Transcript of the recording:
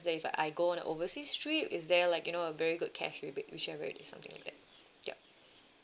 that if I go on a overseas trip is there like you know a very good cash rebate whichever it is something like yup